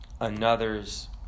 another's